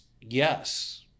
yes